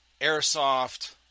Airsoft